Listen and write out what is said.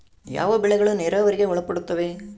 ಯಾವ ಬೆಳೆಗಳು ನೇರಾವರಿಗೆ ಒಳಪಡುತ್ತವೆ?